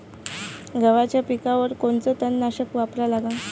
गव्हाच्या पिकावर कोनचं तननाशक वापरा लागन?